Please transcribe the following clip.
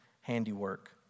handiwork